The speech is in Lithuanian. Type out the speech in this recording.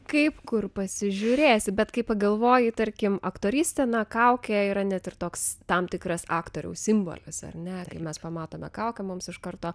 kaip kur pasižiūrėsi bet kai pagalvoji tarkim aktorystė na kaukė yra net ir toks tam tikras aktoriaus simbolis ar ne kai mes pamatome kaukę mums iš karto